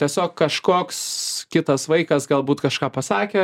tiesiog kažkoks kitas vaikas galbūt kažką pasakė